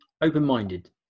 Open-minded